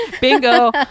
Bingo